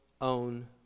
own